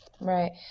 right